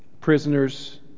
Prisoners